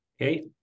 Okay